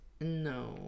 no